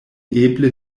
eble